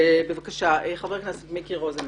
בבקשה, חבר כנסת מיקי רוזנטל.